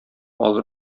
алыр